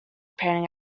painting